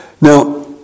Now